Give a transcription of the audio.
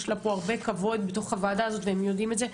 יש לה פה הרבה כבוד בתוך הוועדה הזאת והם יודעים את זה,